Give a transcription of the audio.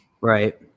Right